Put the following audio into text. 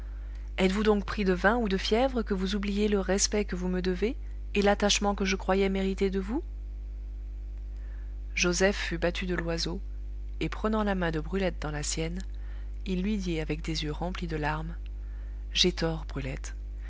êtes-vous donc pris de vin ou de fièvre que vous oubliez le respect que vous me devez et l'attachement que je croyais mériter de vous joseph fut battu de l'oiseau et prenant la main de brulette dans la sienne il lui dit avec des yeux remplis de larmes j'ai tort brulette